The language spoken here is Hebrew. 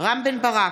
רם בן ברק,